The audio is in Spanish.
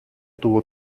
tuvo